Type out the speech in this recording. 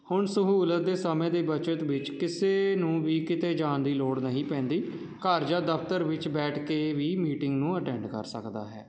ਹੁਣ ਸਹੂਲਤ ਦੇ ਸਮੇਂ ਦੇ ਬਚਤ ਵਿੱਚ ਕਿਸੇ ਨੂੰ ਵੀ ਕਿਤੇ ਜਾਣ ਦੀ ਲੋੜ ਨਹੀਂ ਪੈਂਦੀ ਘਰ ਜਾਂ ਦਫ਼ਤਰ ਵਿੱਚ ਬੈਠ ਕੇ ਵੀ ਮੀਟਿੰਗ ਨੂੰ ਅਟੈਂਡ ਕਰ ਸਕਦਾ ਹੈ